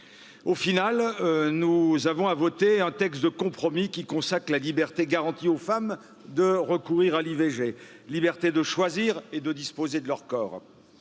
Au final, nous avons à voter un texte de compromis qui consacre la liberté garantie aux femmes de recourir à l'ivg, la liberté de choisir et de disposer de leur corps.